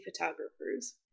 photographers